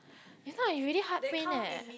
if not you really heart pain leh